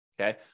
Okay